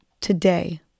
today